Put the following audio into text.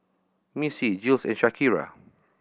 Missie Jules and Shakira